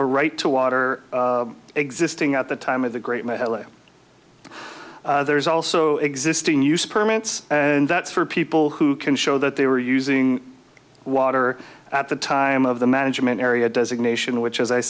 a right to water existing at the time of the great melee there is also existing use permits and that's for people who can show that they were using water at the time of the management area designation which as i